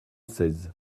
seize